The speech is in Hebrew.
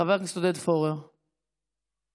חבר הכנסת עודד פורר, מוותר?